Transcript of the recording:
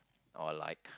or like